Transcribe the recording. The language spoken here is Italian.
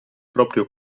proprio